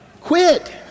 Quit